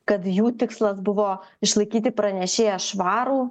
kad jų tikslas buvo išlaikyti pranešėją švarų